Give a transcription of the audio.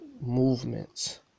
movements